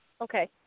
okay